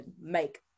make